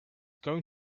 going